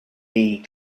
leigh